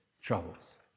troubles